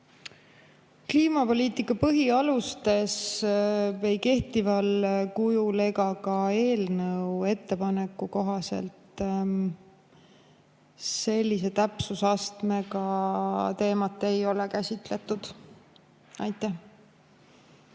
Kliimapoliitika põhialustes ei kehtival kujul ega ka eelnõu ettepaneku kohaselt sellise täpsusastmega teemat ei ole käsitletud.